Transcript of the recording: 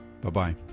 Bye-bye